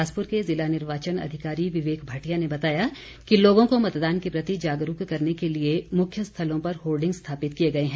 बिलासपुर के ज़िला निर्वाचन अधिकारी विवेक भाटिया ने बताया कि लोगों को मतदान के प्रति जागरूक करने के लिए मुख्य स्थलों पर होर्डिंग स्थापित किए गए हैं